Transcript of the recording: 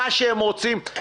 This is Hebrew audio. מה שהם רוצים,